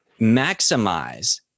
maximize